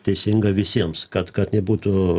teisinga visiems kad kad nebūtų